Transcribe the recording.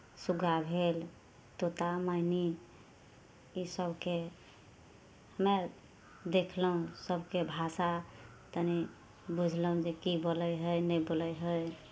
सुग्गा भेल तोता मैनी इसभकेँ हमे आर देखलहुँ सभके भाषा तनि बुझलहुँ जे की बोलै हइ नहि बोलै हइ